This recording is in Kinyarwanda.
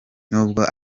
nubwo